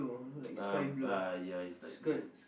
uh uh ya is like blue